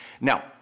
Now